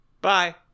Bye